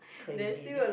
crazy this